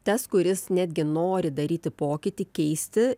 tas kuris netgi nori daryti pokytį keisti